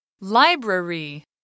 Library